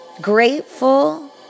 grateful